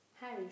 Harry